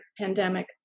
pandemic